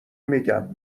میگم